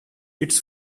its